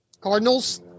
Cardinals